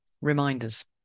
reminders